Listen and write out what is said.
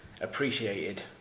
appreciated